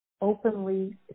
openly